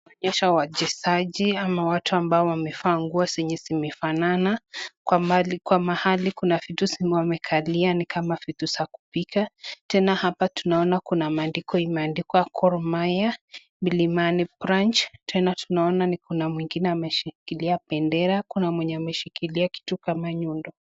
Kuonyesha wachezaji ana watu ambao wame vaa nguo zenye zimefanana, kwa mahali Kuna vitu wamekalia ni Kuna vitu za kupika. Tena hapa tunaona Kuna maandiko imeandikwa Gor Maiya Mlimani branch . Tena tunaona Kuna mwingine ameshikilia bendera, Kuna mwenye ameshikika kitu kama nyundo.